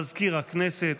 מזכיר הכנסת,